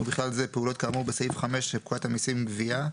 ובכלל זה פעולות כאמור בסעיף 5 לפקודת המיסים (גבייה),